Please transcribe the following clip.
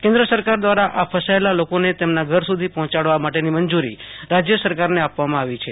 કેન્દ્ર સરકાર દવારા આ ફસાયેલા લોકોને તેમના ઘર સુધી પહોંચડવા માટેની મંજૂરી રાજય સરકારને આપી દોધી છે